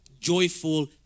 joyful